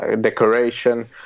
decoration